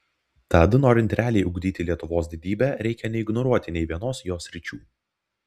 tad norint realiai ugdyti lietuvos didybę reikia neignoruoti nei vienos jos sričių